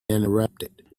interrupted